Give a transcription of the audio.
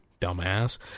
dumbass